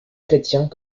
chrétiens